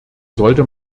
sollte